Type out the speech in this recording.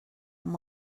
amb